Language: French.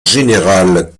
général